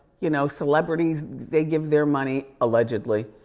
you know, celebrities, they give their money, allegedly.